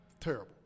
terrible